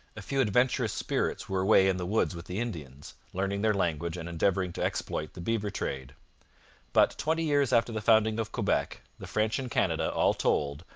a few adventurous spirits were away in the woods with the indians, learning their language and endeavouring to exploit the beaver trade but twenty years after the founding of quebec the french in canada, all told,